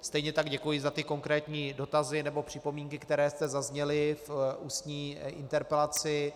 Stejně tak děkuji za konkrétní dotazy a připomínky, které zde zazněly v ústní interpelaci.